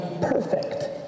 perfect